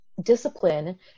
discipline